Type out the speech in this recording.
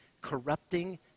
corrupting